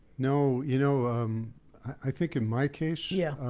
no, you know i think in my case, yeah